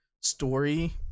story